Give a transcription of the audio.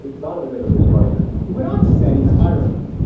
not in the middle of this crisis he went on to say, in ireland,